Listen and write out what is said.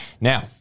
Now